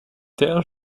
terre